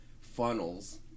funnels